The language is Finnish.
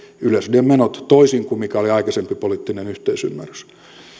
yleisradion menot toisin kuin mikä oli aikaisempi poliittinen yhteisymmärrys